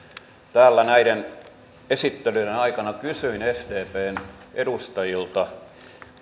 täällä näiden esittelyiden aikana kysyin sdpn edustajilta